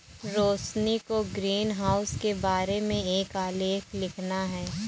रोशिनी को ग्रीनहाउस के बारे में एक आलेख लिखना है